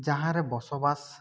ᱢᱟᱦᱟᱸ ᱨᱮ ᱵᱚᱥᱚᱵᱟᱥ